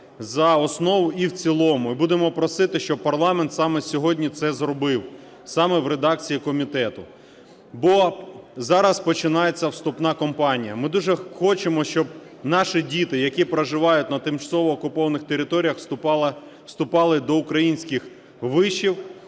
за основу і в цілому і будемо просити щоб парламент саме сьогодні це зробив, саме в редакції комітету. Бо зараз починається вступна кампанія, ми дуже хочемо, щоб наш діти, які проживають на тимчасово окупованих територіях, вступали до українських вишів.